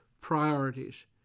priorities